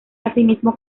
asimismo